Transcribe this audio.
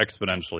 exponentially